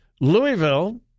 Louisville